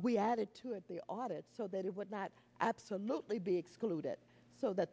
we added to it the audit so that it would not absolutely be excluded so that